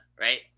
right